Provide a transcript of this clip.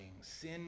sin